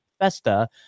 Festa